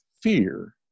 fear